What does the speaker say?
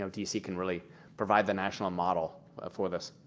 um d c. can really provide the national model for this.